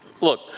Look